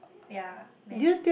ya math